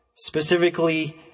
Specifically